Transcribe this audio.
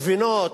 לחם, גבינה,